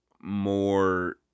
more